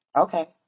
Okay